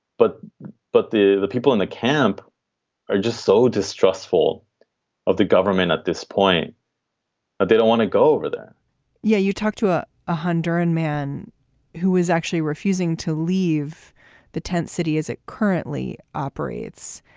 but but the the people in the camp are just so distrustful of the government at this point that they don't want to go over there yeah, you talk to ah a honduran man who is actually refusing to leave the tent city as it currently operates.